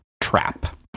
trap